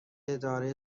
اداره